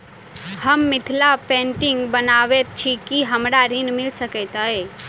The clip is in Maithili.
हम मिथिला पेंटिग बनाबैत छी की हमरा ऋण मिल सकैत अई?